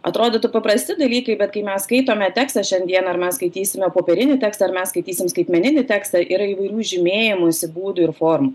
atrodytų paprasti dalykai bet kai mes skaitome tekstą šiandien ar mes skaitysime popierinį tekstą ar mes skaitysim skaitmeninį tekstą yra įvairių žymėjimosi būdų ir formų